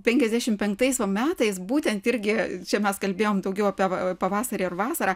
penkiasdešimt penktais va metais būtent irgi čia mes kalbėjom daugiau apie pavasarį ar vasarą